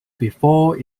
before